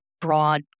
broad